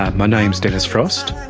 ah my name is denis frost,